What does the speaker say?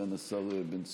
סגן השר בן צור,